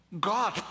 God